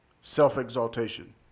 Self-exaltation